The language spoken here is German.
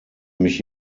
mich